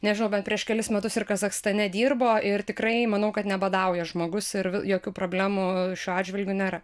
nežinau gal prieš kelis metus ir kazachstane dirbo ir tikrai manau kad nebadauja žmogus ir jokių problemų šiuo atžvilgiu nėra